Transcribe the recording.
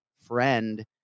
friend